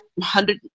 hundred